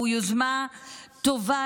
הוא יוזמה טובה,